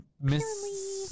Miss